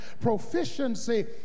proficiency